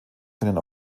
können